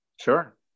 Sure